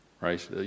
Right